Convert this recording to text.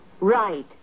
Right